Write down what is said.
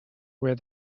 where